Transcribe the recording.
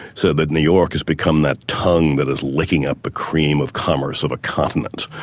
said that new york has become that tongue that is licking up the cream of commerce of a continent.